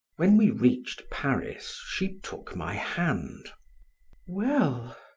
when we reached paris she took my hand well?